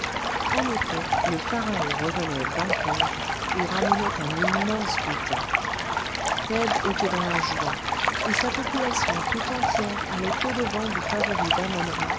en effet le pharaon revenait vainqueur et ramenait un immense butin thèbes était dans la joie et sa population tout entière allait au-devant du favori